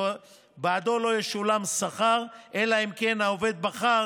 שבעדו לא ישולם שכר אלא אם כן העובד בחר